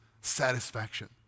satisfaction